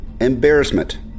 embarrassment